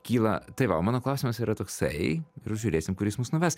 kyla tai va o mano klausimas yra toksai ir žiūrėsim kur jis mus nuves